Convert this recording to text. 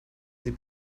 sie